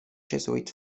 jesuit